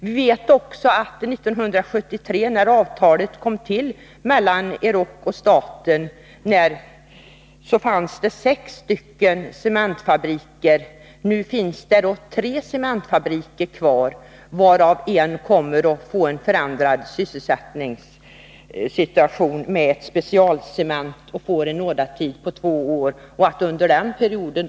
År 1973, när avtalet mellan AB Euroc och staten träffades, fanns det sex cementfabriker. Nu finns det bara tre kvar. Vid en av dessa kommer sysselsättningssituationen att förändras i och med att fabriken under en nådatid på två år får tillverka specialcement.